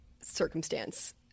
circumstance